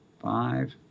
five